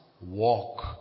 walk